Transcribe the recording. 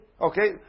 Okay